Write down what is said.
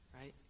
right